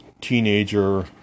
teenager